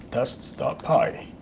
tests py.